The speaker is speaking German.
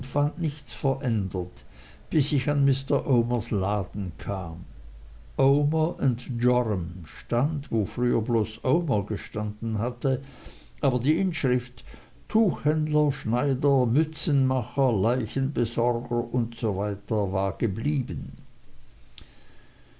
fand nichts verändert bis ich an mr omers laden kam omer joram stand wo früher bloß omer gestanden hatte aber die inschrift tuchhändler schneider mützenmacher leichenbesorger usw war geblieben